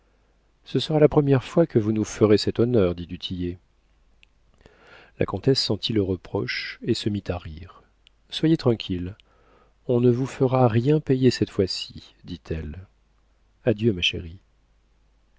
ce sera la première fois que vous nous ferez cet honneur dit du tillet la comtesse sentit le reproche et se mit à rire soyez tranquille on ne vous fera rien payer cette fois-ci dit-elle adieu ma chérie